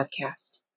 podcast